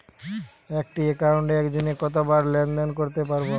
একটি একাউন্টে একদিনে কতবার লেনদেন করতে পারব?